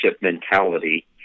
mentality